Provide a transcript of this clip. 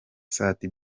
sat